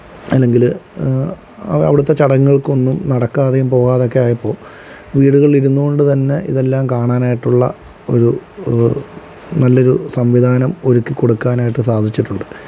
അല്ലെങ്കില് അവ് അവിടുത്തെ ചടങ്ങുകള്ക്കൊന്നും നടക്കാതെയും പോകാതേയും ഒക്കെ ആയപ്പോൾ വീടുകളിലിൽ ഇരുന്നുകൊണ്ട് തന്നെ ഇതെല്ലാം കാണാനായിട്ടുള്ള ഒരു നല്ലൊരു സംവിധാനം ഒരുക്കി കൊടുക്കാനായിട്ട് സാധിച്ചിട്ടുണ്ട്